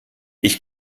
ich